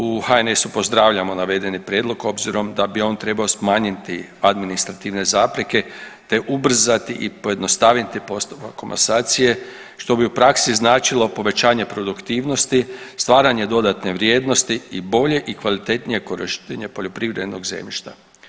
U HNS-u pozdravljamo navedeni prijedlog obzirom da bi on trebao smanjiti administrativne zapreke te ubrzati i pojednostaviti postupak komasacije što bi u praksi značilo povećanje produktivnosti, stvaranje dodatne vrijednosti i boljeg i kvalitetnijeg korištenja poljoprivrednog zemljišta.